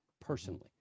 personally